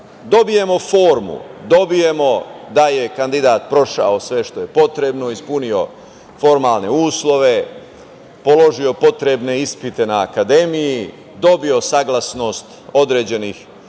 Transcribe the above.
dobijemo formu, dobijemo da je kandidat prošao sve što je potrebno, ispunio formalne uslove, položio potrebne ispite na akademiji, dobio saglasnost određenih